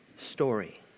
story